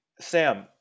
Sam